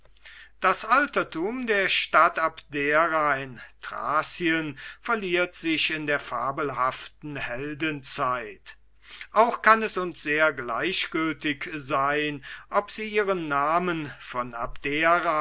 das altertum der stadt abdera in thracien verliert sich in der fabelhaften heldenzeit auch kann es uns sehr gleichgültig sein ob sie ihren namen von abdera